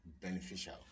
beneficial